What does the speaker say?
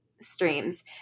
streams